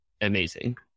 amazing